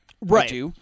Right